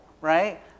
right